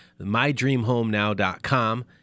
mydreamhomenow.com